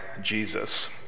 Jesus